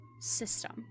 system